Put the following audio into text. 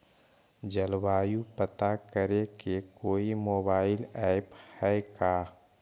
जलवायु पता करे के कोइ मोबाईल ऐप है का?